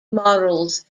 models